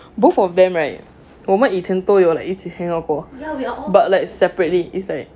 both of them right 我们以前都有 like 一直 hangout 过 but like separately is like